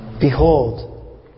Behold